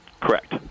Correct